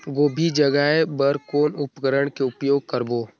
गोभी जगाय बर कौन उपकरण के उपयोग करबो?